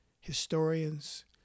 historians